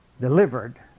delivered